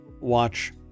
watch